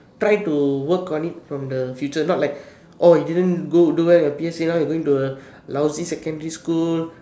try to work on it from the future not like oh you didn't go do well in your P_S_L_E now you're going to a lousy secondary school